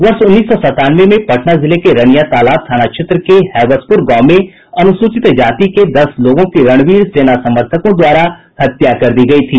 वर्ष उन्नीस सौ सतानवे में पटना जिले के रनिया तालाब थाना क्षेत्र के हैबसपुर गांव में अनुसूचित जाति के दस लोगों की रणवीर सेना समर्थकों द्वारा हत्या कर दी गयी थी